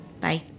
bye